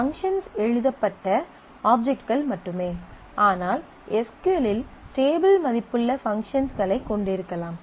functions எழுதப்பட்ட ஆப்ஜெக்ட்கள் மட்டுமே ஆனால் எஸ் க்யூ எல் இல் டேபிள் மதிப்புள்ள பங்க்ஷன்ஸ்களைக் கொண்டிருக்கலாம்